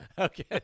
Okay